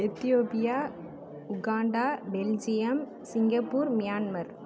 Ethiopia Uganda Belgium Singapore Myanmar